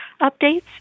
updates